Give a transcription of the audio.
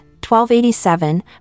1287